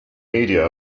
media